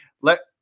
let